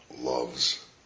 loves